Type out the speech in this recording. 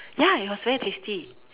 ya it was very tasty